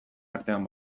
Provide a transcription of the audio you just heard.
artean